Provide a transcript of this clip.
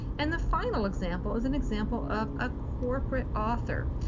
and the final example is an example of a corporate author.